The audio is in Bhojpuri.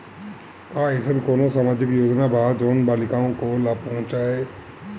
का अइसन कोनो सामाजिक योजना बा जोन बालिकाओं को लाभ पहुँचाए?